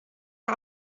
der